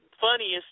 funniest